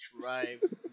drive